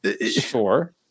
Sure